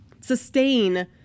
sustain